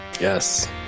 Yes